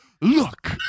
Look